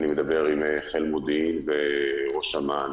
אני מדבר עם חיל מודיעין וראש אמ"ן,